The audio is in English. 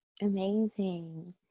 Amazing